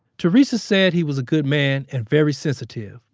theresa said he was a good man and very sensitive,